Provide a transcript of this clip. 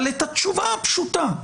אבל את התשובה הפשוטה,